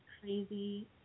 crazy